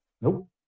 Nope